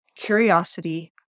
curiosity